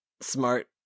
Smart